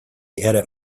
edit